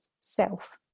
self